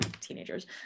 teenagers